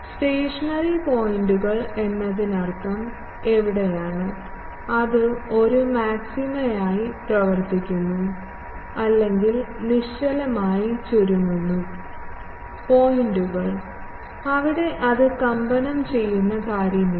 stationery പോയിൻറുകൾ എന്നതിനർത്ഥം എവിടെയാണ് അത് ഒരു മാക്സിമയായി പ്രവർത്തിക്കുന്നു അല്ലെങ്കിൽ നിശ്ചലമായി ചുരുങ്ങുന്നു പോയിൻറുകൾ അവിടെ അത് കമ്പനം ചെയ്യുന്ന കാര്യമല്ല